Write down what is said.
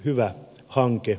hyvä hanke